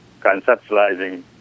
conceptualizing